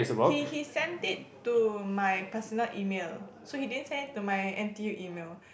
he he sent it to my personal email so he didn't send it to my n_t_u email